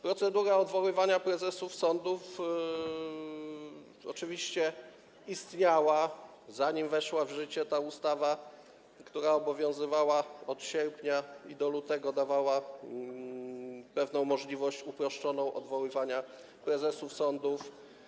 Procedura odwoływania prezesów sądów oczywiście istniała, zanim weszła w życie ta ustawa, która obowiązywała od sierpnia, i do lutego dawała pewną uproszczoną możliwość odwoływania prezesów sądów.